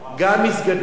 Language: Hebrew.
גם מסגדים.